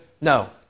No